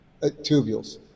tubules